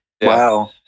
Wow